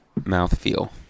mouthfeel